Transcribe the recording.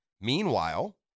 Meanwhile